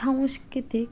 সাংস্কৃতিক